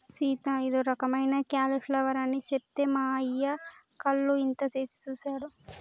సీత ఇదో రకమైన క్యాలీఫ్లవర్ అని సెప్తే మా అయ్య కళ్ళు ఇంతనేసి సుసాడు